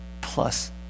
plus